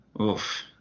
Oof